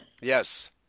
Yes